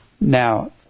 Now